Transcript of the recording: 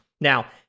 Now